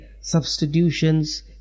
substitutions